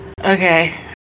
Okay